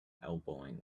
elbowing